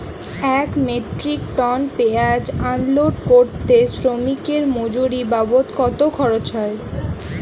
এক metric ton পেঁয়াজ unload করতে শ্রমিকের মজুরি বাবদ কত খরচ হয়?